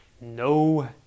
No